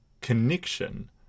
connection